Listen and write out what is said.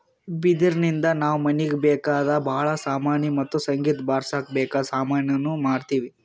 ಬಿದಿರಿನ್ದ ನಾವ್ ಮನೀಗ್ ಬೇಕಾದ್ ಭಾಳ್ ಸಾಮಾನಿ ಮತ್ತ್ ಸಂಗೀತ್ ಬಾರ್ಸಕ್ ಬೇಕಾದ್ ಸಾಮಾನಿನೂ ಮಾಡ್ತೀವಿ